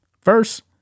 First